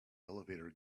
elevator